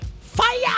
Fire